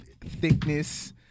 thickness